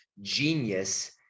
genius